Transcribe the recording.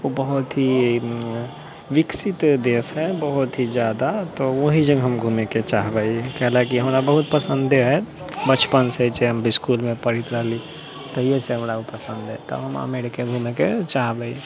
ओ बहुत ही विकसित देश है बहुत ही जादा तऽ वही जगह हम घूमय के चाहबै कैला कि हमरा बहुत पसंदे है बचपन से छै जब हम स्कूल मे पढ़ैत रहली तहिए से हमरा पसंद है तब हमे अमेरिके घूमय के चाहबै